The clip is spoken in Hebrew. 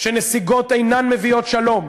שנסיגות אינן מביאות שלום,